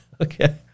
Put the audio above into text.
Okay